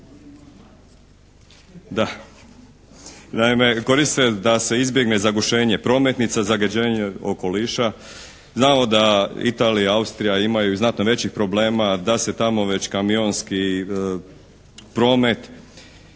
Da. Naime, koriste da se izbjegne zagušenje prometnica, zagađenje okoliša. Znamo da Italija, Austrija imaju i znatno većih problema, da se tamo već kamionski promet